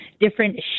different